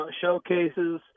showcases